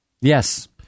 Yes